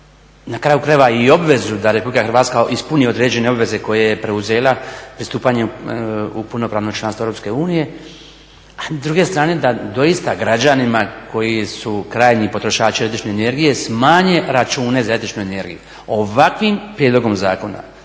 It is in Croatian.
na kraju krajeva i obvezu da Republika Hrvatska ispune određene obveze koje je preuzela pristupanjem u punopravno članstvo EU, a s druge strane da doista građanima koji su krajnji potrošači električne energije smanje račune za električnu energiju. Ovakvim prijedlogom zakona